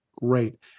great